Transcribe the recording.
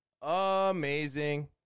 amazing